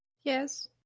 Yes